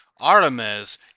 Artemis